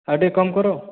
ଆଉ ଟିକେ କମ୍ କର